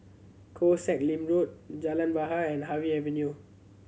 Koh Sek Lim Road Jalan Bahar and Harvey Avenue